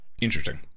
Interesting